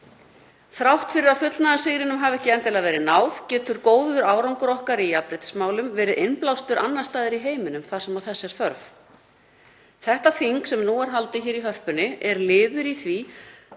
Þrátt fyrir að fullnaðarsigri hafi ekki endilega verið náð getur góður árangur okkar í jafnréttismálum verið innblástur annars staðar í heiminum þar sem þess er þörf. Þetta þing sem nú er haldið í Hörpunni er liður í því